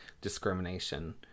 discrimination